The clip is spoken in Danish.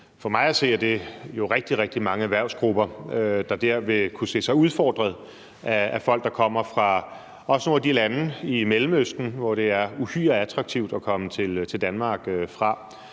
er det jo rigtig, rigtig mange erhvervsgrupper, der derved kunne se sig udfordret af folk, der kommer fra også nogle af de lande i Mellemøsten, som det er uhyre attraktivt at komme til Danmark fra.